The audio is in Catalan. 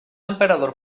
emperador